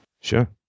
Sure